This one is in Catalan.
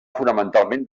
fonamentalment